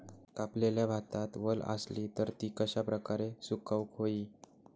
कापलेल्या भातात वल आसली तर ती कश्या प्रकारे सुकौक होई?